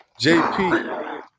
JP